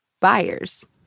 buyers